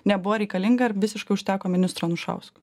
nebuvo reikalinga ar visiškai užteko ministro anušausko